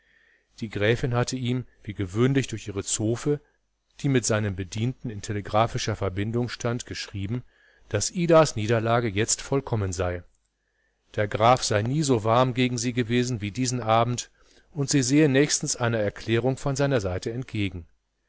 die gräfin hatte ihm wie gewöhnlich durch ihre zofe die mit seinem bedienten in telegraphischer verbindung stand geschrieben daß idas niederlage jetzt vollkommen sei der graf sei nie so warm gegen sie gewesen wie diesen abend und sie sehe nächstens einer erklärung von seiner seite entgegen